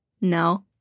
no